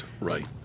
right